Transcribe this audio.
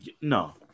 No